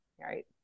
Right